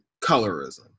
colorism